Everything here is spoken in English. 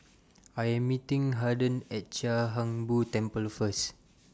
I Am meeting Harden At Chia Hung Boo Temple First